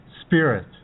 spirit